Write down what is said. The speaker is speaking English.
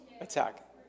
Attack